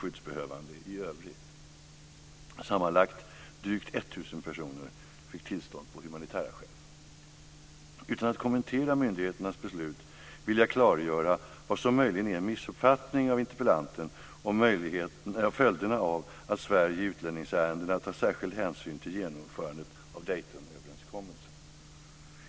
Utan att kommentera myndigheternas beslut vill jag klargöra vad som möjligen är en missuppfattning av interpellanten om följderna av att Sverige i utlänningsärendena tar särskild hänsyn till genomförandet av Daytonöverenskommelsen.